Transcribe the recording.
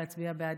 להצביע בעד,